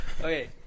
okay